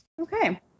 Okay